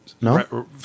No